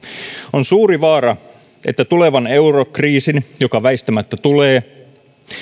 on suuri vaara että tulevan eurokriisin joka väistämättä tulee